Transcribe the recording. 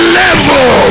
level